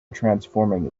transforming